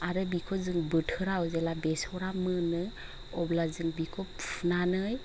आरो बिखौ जों बोथोराव जेला बेसरा मोनो अब्ला जों बिखौ फुनानै